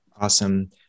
Awesome